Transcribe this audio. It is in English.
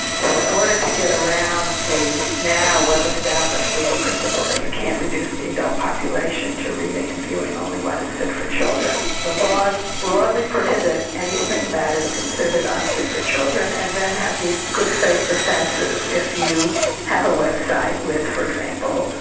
so in order to get around the now well established legal principle that you can't reduce the adult population to reading and viewing only what is fit for children, the laws broadly prohibit anything that is considered unfit for children and then have these good faith defences. if you have a website with, for example,